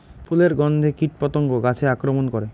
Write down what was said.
ফুলের গণ্ধে কীটপতঙ্গ গাছে আক্রমণ করে?